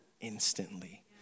instantly